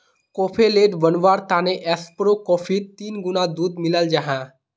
cafe latte बनवार तने espresso कोफ्फीत तीन गुणा दूध मिलाल जाहा